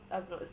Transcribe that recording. I'm not